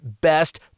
best